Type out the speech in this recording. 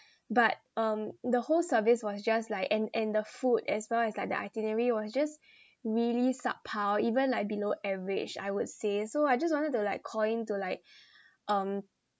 but um the whole service was just like and and the food as well as like the itinerary was just really subpar even like below average I would say so I just wanted to like call in to like um